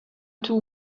too